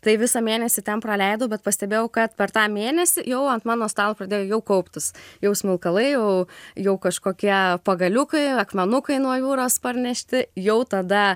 tai visą mėnesį ten praleidau bet pastebėjau kad per tą mėnesį jau ant mano stalo pradėjo jau kauptis jau smilkalai jau jau kažkokie pagaliukai akmenukai nuo jūros parnešti jau tada